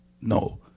No